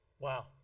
Wow